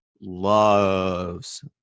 loves